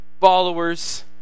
followers